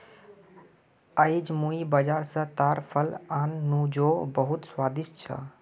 आईज मुई बाजार स ताड़ फल आन नु जो बहुत स्वादिष्ट छ